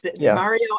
mario